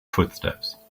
footsteps